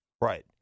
Right